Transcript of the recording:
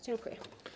Dziękuję.